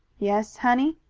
yes, honey.